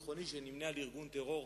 או אסיר שאינו ביטחוני שנמנה עם ארגון טרור,